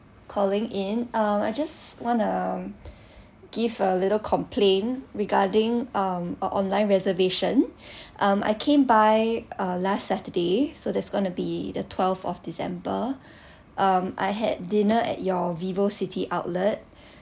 calling in um I just wanna give a little complain regarding um uh online reservation um I came by uh last saturday so there's gonna be the twelve of december um I had dinner at your vivocity outlet